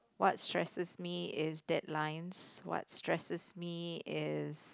what stresses me is deadlines what stresses me is